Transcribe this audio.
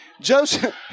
Joseph